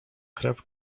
krew